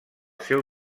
seu